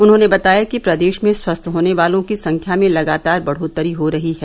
उन्होंने बताया कि प्रदेश में स्वस्थ होने वालों की संख्या में लगातार बढ़ोत्तरी हो रही है